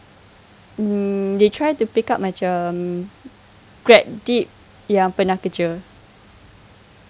they tried to pick up macam grad dip yang pernah kerja